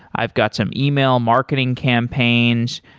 i've got some email marketing campaigns.